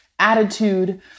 attitude